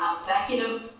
executive